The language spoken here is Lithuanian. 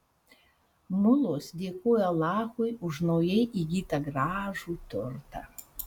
mulos dėkojo alachui už naujai įgytą gražų turtą